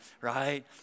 right